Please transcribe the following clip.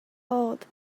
old